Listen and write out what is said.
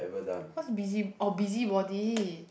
what's busy oh busybody